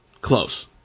Close